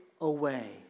away